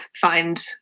find